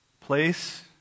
place